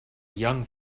young